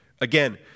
Again